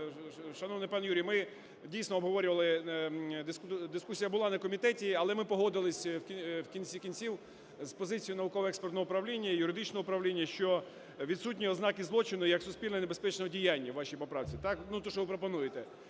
Шановний пане Юрію, ми, дійсно, обговорювали, дискусія була на комітеті, але ми погодились, в кінці кінців, з позицією науково-експертного правління і юридичного управління, що відсутні ознаки злочину як суспільно небезпечного діяння у вашій поправці